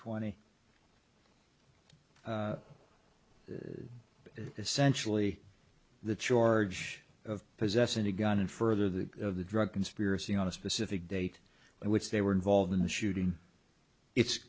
essentially the charge of possessing a gun and further that of the drug conspiracy on a specific date which they were involved in the shooting it's